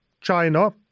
China